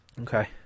Okay